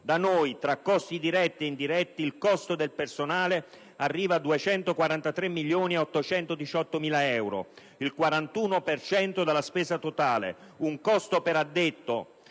Da noi, tra costi diretti e indiretti, il costo del personale arriva a 243.818.000, il 41 percento della spesa totale: un costo per addetto